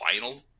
final